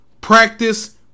practice